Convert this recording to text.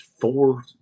four –